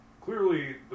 clearly